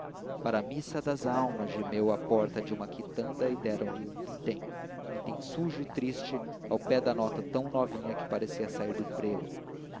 para a missa das almas gemeu à porta de uma quitanda e deram-lhe um vintém um vintém sujo e triste ao pé da nota tão novinha que parecia sair do prelo